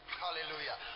hallelujah